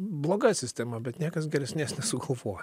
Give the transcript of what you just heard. bloga sistema bet niekas geresnės nesugalvoja